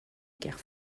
guerre